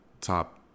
top